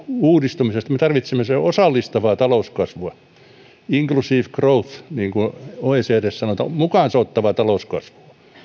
uudistumisesta me tarvitsemme osallistavaa talouskasvua inc usive growth niin kuin oecdssä sanotaan mukaansa ottavaa talouskasvua